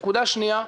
נקודה שנייה,